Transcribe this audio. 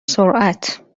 سرعت